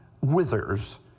withers